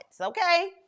Okay